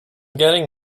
getting